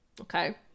Okay